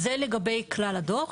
זה לגבי כלל הדוח.